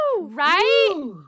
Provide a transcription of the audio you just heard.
right